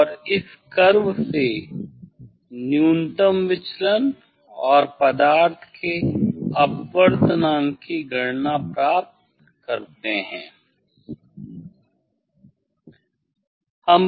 और इस कर्व से न्यूनतम विचलन और पदार्थ के अपवर्तनांक की गणना प्राप्त करते है